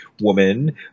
woman